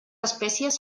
espècies